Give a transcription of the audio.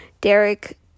Derek